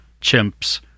chimps